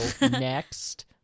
next